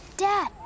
Dad